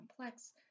complex